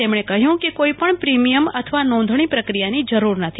તેમણે કહ્યું કે કોઇ પણ પ્રિમીયમ અથવા નોંધણી પ્રક્રિયાની જરૂર નથી